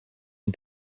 and